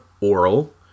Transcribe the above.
oral